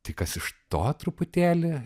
tai kas iš to truputėlį